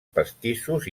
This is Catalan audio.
pastissos